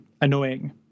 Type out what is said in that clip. annoying